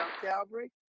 Calvary